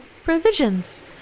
provisions